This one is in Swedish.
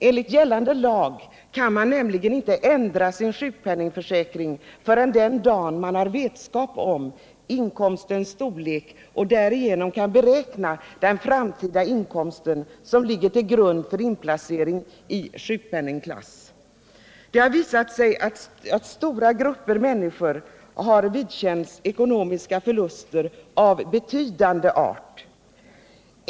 Enligt gällande lag kan man inte ändra sin sjukpenningförsäkring förrän den dag då man har vetskap om inkomstens storlek och därigenom kan beräkna den framtida inkomsten, vilken ligger till grund för inplaceringen i sjukpenningklass. Det har visat sig att stora grupper människor därigenom har fått vidkännas ekonomiska förluster av betydande storleksordning.